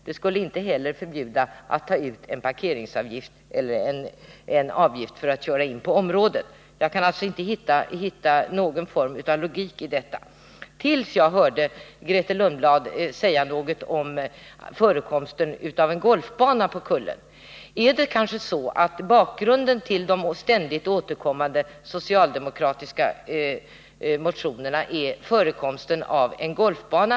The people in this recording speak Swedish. Det skulle inte heller förbjuda uttag av en parkeringsavgift eller en avgift för bilister som kör in på området. Jag kunde alltså inte hitta någon form av logik i reservanternas resonemang — tills jag hörde Grethe Lundblad säga någonting om förekomsten av en golfbana på Kullaberg. Är det kanske så att bakgrunden till de ständigt återkommande socialdemokratiska motionerna är förekomsten av en golfbana?